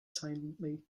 silently